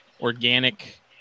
organic